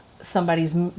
somebody's